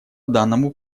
данному